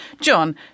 John